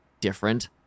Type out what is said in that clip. different